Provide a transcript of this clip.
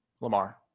Lamar